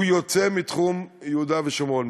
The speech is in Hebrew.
הוא יוצא מתחום יהודה ושומרון,